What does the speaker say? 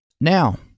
Now